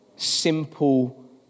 simple